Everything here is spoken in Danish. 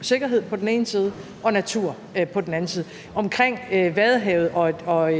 sikkerhed på den ene side og natur på den anden side? Omkring Vadehavet og